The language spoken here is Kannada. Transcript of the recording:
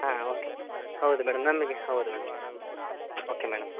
ಹಾಂ ಓಕೆ ಹೌದು ಮೇಡಮ್ ನಮಗೆ ಹೌದು ಮೇಡಮ್ ಓಕೆ ಮೇಡಮ್